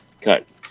Cut